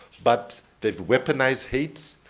but they've weaponized hate,